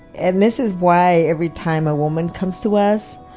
and this is why every time a woman comes to us,